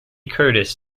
curtis